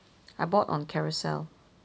I bought on Carousell